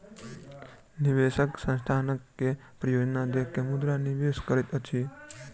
निवेशक संस्थानक के परियोजना देख के मुद्रा निवेश करैत अछि